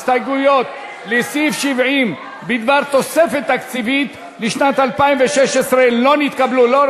הסתייגויות לסעיף 70 לשנת 2016 בדבר תוספת תקציבית לא נתקבלו.